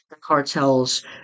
cartels